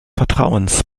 vertrauens